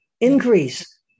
increase